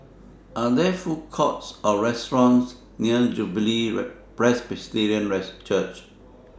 Are There Food Courts Or restaurants near Jubilee Presbyterian Church